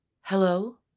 Hello